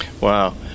Wow